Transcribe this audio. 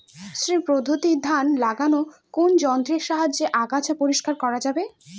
শ্রী পদ্ধতিতে ধান লাগালে কোন যন্ত্রের সাহায্যে আগাছা পরিষ্কার করা যাবে?